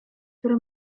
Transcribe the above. które